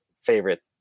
favorite